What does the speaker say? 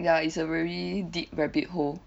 ya it's a very deep rabbit hole